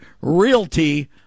Realty